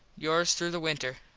yours through the winter,